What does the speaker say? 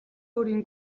өөрийн